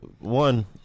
One